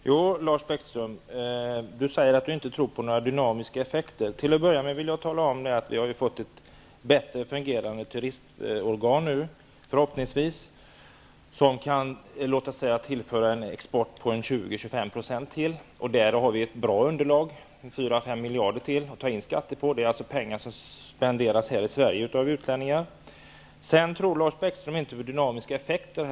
Herr talman! Lars Bäckström säger att han inte tror på några dynamiska effekter. Till att börja med vill jag tala om att vi nu har fått ett, förhoppningsvis, bättre fungerande turistorgan som kan tillföra en exportökning på 20--25 %. Där har vi ett bra underlag, 4--5 miljarder, att ta in skatter på. Det är alltså pengar som spenderas i Sverige av utlänningar.